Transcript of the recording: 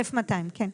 1.200 שקלים.